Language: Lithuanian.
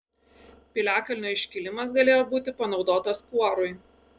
piliakalnio iškilimas galėjo būti panaudotas kuorui